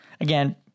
again